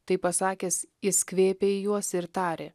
tai pasakęs jis kvėpė į juos ir tarė